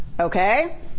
okay